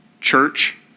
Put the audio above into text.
church